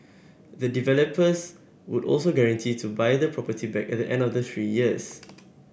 the developers would also guarantee to buy the property back at the end of the three years